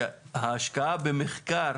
שההשקעה במחקר